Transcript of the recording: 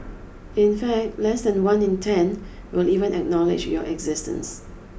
in fact less than one in ten will even acknowledge your existence